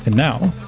and now,